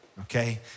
okay